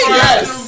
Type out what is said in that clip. yes